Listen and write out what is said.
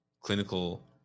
clinical